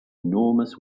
enormous